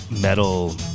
metal